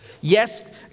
Yes